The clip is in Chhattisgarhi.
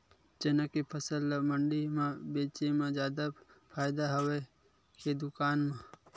चना के फसल ल मंडी म बेचे म जादा फ़ायदा हवय के दुकान म?